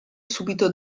subito